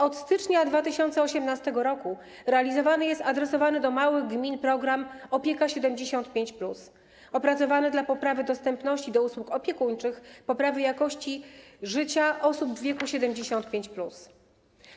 Od stycznia 2018 r. realizowany jest, adresowany do małych gmin, program „Opieka 75+”, opracowany w celu poprawy dostępności usług opiekuńczych, poprawy jakości życia osób w wieku 75+.